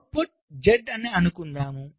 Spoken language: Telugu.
అవుట్పుట్ Z అని అనుకుందాం